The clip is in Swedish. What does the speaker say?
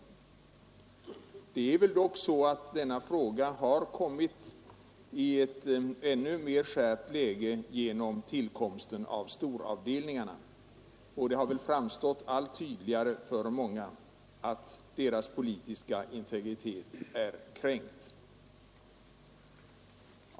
Enligt honom har frågan om kollektivanslutning kommit i ett än mer skärpt läge genom tillkomsten av storavdelningarna, och för många människor har det allt tydligare framstått att deras politiska integritet är kränkt.